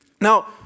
Now